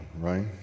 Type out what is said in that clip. right